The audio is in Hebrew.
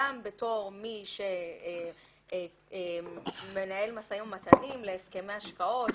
גם בתור מי שמנהל משאים ומתנים להסכמי השקעות,